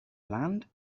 land